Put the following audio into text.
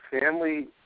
Family